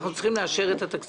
אנחנו צריכים לאשר את התקציב